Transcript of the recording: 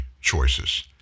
choices